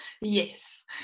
yes